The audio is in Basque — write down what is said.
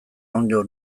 onddo